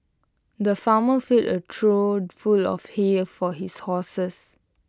the farmer filled A trough full of hay for his horses